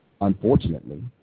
Unfortunately